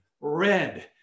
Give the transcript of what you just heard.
Red